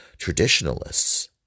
traditionalists